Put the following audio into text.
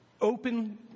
open